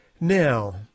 Now